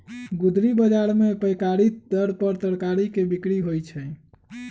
गुदरी बजार में पैकारी दर पर तरकारी के बिक्रि होइ छइ